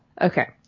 Okay